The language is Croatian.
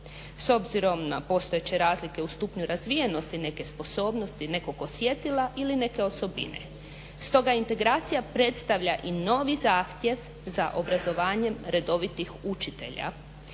s obzirom na postojeće razlike u stupnju razvijenosti neke sposobnosti, nekog osjetila ili neke osobine. Stoga integracija predstavlja i novi zahtjev za obrazovanjem redovitih učitelja